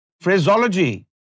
phraseology